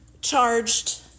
charged